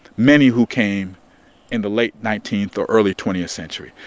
many who came in the late nineteenth or early twentieth century.